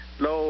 lo